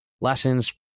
Lessons